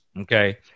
okay